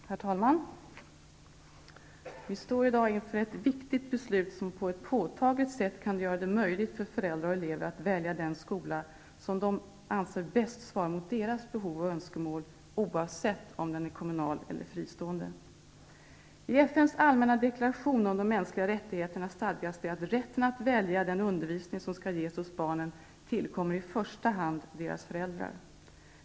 Herr talman! Vi står i dag inför ett viktigt beslut, som på ett påtagligt sätt kan göra det möjligt för föräldrar och elever att välja den skola som de anser bäst svarar mot deras behov och önskemål oavsett om den är kommunal eller fristående. I FN:s allmänna deklaration om de mänskliga rättigheterna stadgas det att rätten att välja den undervisning som skall ges barnen i första hand tillkommer deras föräldrar.